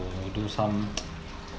do some